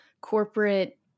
corporate